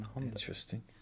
Interesting